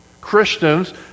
Christians